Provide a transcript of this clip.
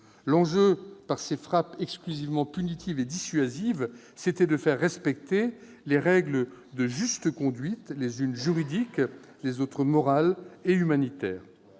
L'enjeu, par ces frappes exclusivement punitives et dissuasives, c'était de faire respecter les règles de juste conduite, les unes juridiques, les autres morales et humanitaires.